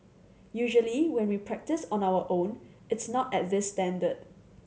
usually when we practise on our own it's not at this standard